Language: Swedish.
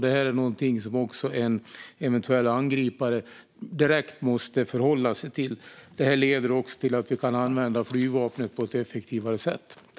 Det är någonting som också en eventuell angripare direkt måste förhålla sig till. Det leder också till att vi kan använda flygvapnet på ett effektivare sätt.